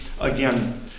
again